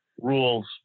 rules